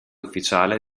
ufficiale